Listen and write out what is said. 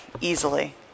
easily